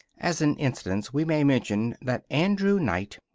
as an instance, we may mention that andrew knight,